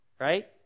Right